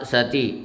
Sati